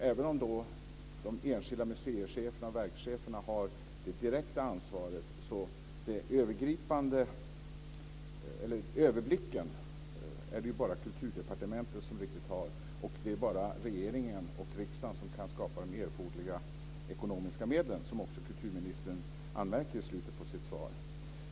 Även om de enskilda museicheferna och verkscheferna har det direkta ansvaret är det bara Kulturdepartementet som har den riktiga överblicken, och det är bara regeringen och riksdagen som kan skapa de erforderliga ekonomiska medlen, som också kulturministern anmärker i slutet av sitt svar.